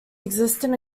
existed